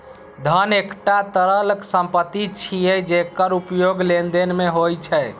धन एकटा तरल संपत्ति छियै, जेकर उपयोग लेनदेन मे होइ छै